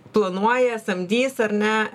planuoja samdys ar ne